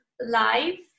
life